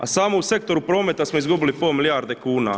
A samo u sektoru prometa smo izgubili pola milijarde kuna.